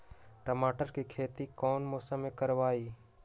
टमाटर की खेती कौन मौसम में करवाई?